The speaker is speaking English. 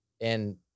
And-